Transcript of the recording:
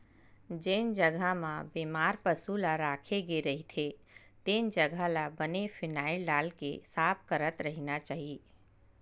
जेन जघा म बेमार पसु ल राखे गे रहिथे तेन जघा ल बने फिनाईल डालके साफ करत रहिना चाही